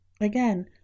Again